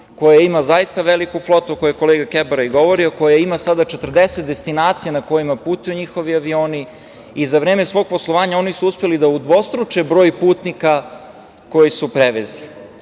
koja ima zaista veliku flotu, o kojoj je kolega Kebara i govorio, koja ima sada 40 destinacija na kojima putuju njihovi avioni i za vreme svog poslovanja oni su uspeli da udvostruče broj putnika koje su prevezli. Takođe,